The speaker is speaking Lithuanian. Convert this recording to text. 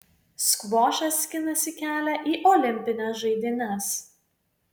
skvošas skinasi kelią į olimpines žaidynes